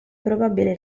probabile